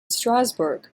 strasbourg